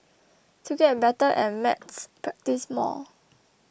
to get better at maths practise more